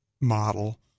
model